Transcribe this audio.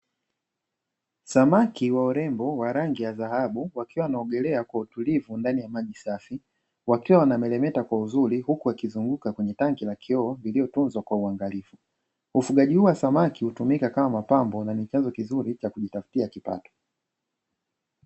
Samaki wa urembo wa rangi ya dhahabu wakiwa wanaogelea kwa utulivu ndani ya maji safi. Wakiwa wanameremeta kwa uzuri huku wakizunguka kwenye tangi la kioo lililotunzwa kwa uangalifu. Ufugaji huu wa samaki hutumika kama mapambo na ni chanzo kizuri cha kujitafutia kipato.